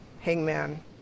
hangman